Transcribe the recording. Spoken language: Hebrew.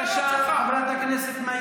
בבקשה, חברת הכנסת מאי